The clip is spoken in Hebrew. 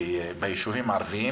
ביישובים הערביים.